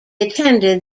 attended